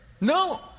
no